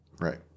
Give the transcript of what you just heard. Right